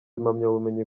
impamyabumenyi